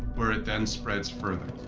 where it then spreads further.